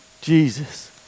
Jesus